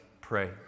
pray